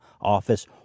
office